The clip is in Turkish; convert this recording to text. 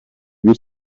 bir